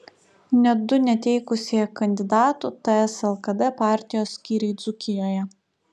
net du neteikusieji kandidatų ts lkd partijos skyriai dzūkijoje